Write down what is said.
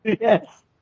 Yes